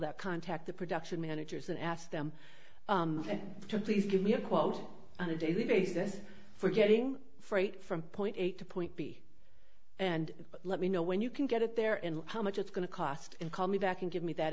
that contact the production managers and ask them to please give me a quote on a daily basis for getting freight from point a to point b and let me know when you can get it there and how much it's going to cost and call me back and give me that